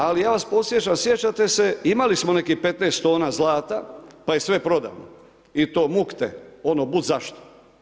Ali ja vas podsjećam, sjećate se imali smo nekih 15 tona zlata pa je sve prodano i to mukte, ono budzašto.